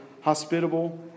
hospitable